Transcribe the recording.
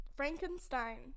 Frankenstein